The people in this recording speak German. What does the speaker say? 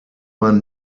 man